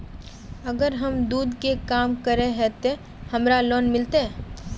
अगर हम दूध के काम करे है ते हमरा लोन मिलते?